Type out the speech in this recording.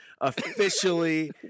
Officially